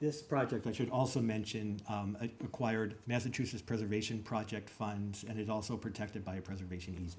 this project i should also mention a required massachusetts preservation project fund and it also protected by preservation